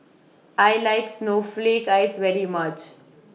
I like Snowflake Ice very much